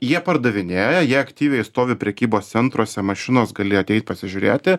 jie pardavinėja jie aktyviai stovi prekybos centruose mašinos gali ateit pasižiūrėti